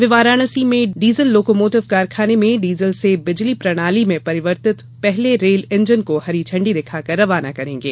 वे वाराणसी में diesel locomotive कारखाने में डीजल से बिजली प्रणाली में परिवर्तित पहले रेल इंजन को झंडी दिखाकर रवाना करेंगे